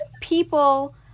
people